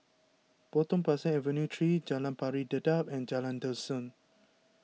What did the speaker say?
Potong Pasir Avenue three Jalan Pari Dedap and Jalan Dusun